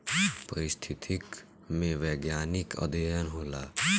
पारिस्थितिकी में वैज्ञानिक अध्ययन होला